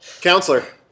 Counselor